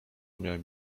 miałem